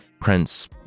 Prince